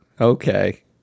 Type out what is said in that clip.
Okay